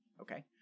Okay